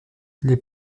les